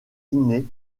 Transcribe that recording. inné